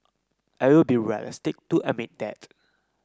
I will be realistic to admit that